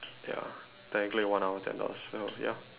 ya technically one hour ten dollars so ya